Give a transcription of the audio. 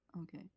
okay